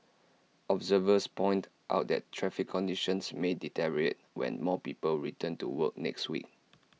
observers pointed out that traffic conditions may deteriorate when more people return to work next week